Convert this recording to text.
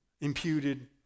imputed